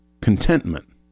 contentment